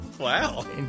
wow